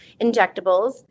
injectables